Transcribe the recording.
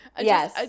Yes